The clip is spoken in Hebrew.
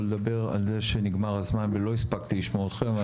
לדבר על כך שנגמר הזמן ולא הספקתי לשמוע אתכם,